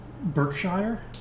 Berkshire